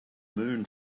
moon